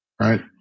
right